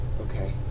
Okay